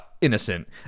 Innocent